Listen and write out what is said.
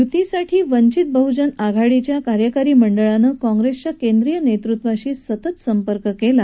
युतीसाठी वंधित बहजन आघाडीच्या कार्यकारी मंडळानं कॉंप्रेसच्या केंद्रीय नेतृत्वाशी सतत संपर्क केला